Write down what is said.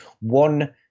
one